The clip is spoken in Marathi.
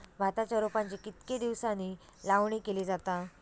भाताच्या रोपांची कितके दिसांनी लावणी केली जाता?